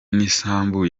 n’isambu